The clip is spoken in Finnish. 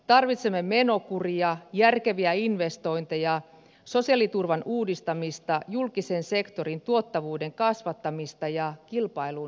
tarvitsemme menokuria järkeviä investointeja sosiaaliturvan uudistamista julkisen sektorin tuottavuuden kasvatta mista ja kilpailun lisäämistä